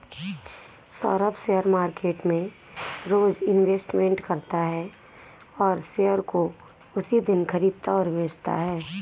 Saurabh share market में रोज investment करता है और शेयर को उसी दिन खरीदता और बेचता है